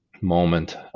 moment